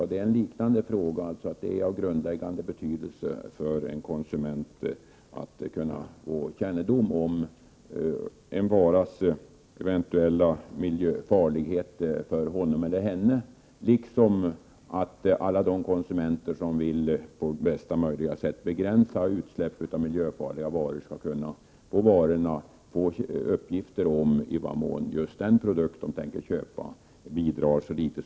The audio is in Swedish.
Det är av grundläggande betydelse för en konsument att få kännedom om en varas eventuella miljöfarlighet för honom eller henne, liksom det är av stor betydelse att alla de konsumenter som på bästa möjliga sätt vill begränsa miljöfarliga utsläpp på varorna kan få uppgift om i vilken mån en produkt bidrar till miljöförstöringen.